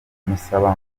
musaba